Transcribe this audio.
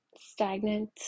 stagnant